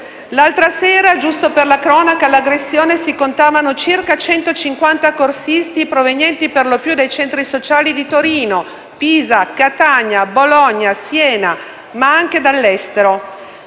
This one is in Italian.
L'altra sera, giusto per la cronaca, all'aggressione si contavano circa 150 corsisti, provenienti per lo più dai centri sociali di Torino, Pisa, Catania, Bologna, Siena, ma anche dall'estero.